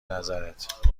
نظرت